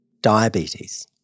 Diabetes